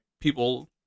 people